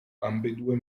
ambedue